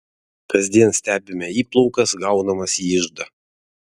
kasdien stebime įplaukas gaunamas į iždą